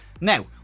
Now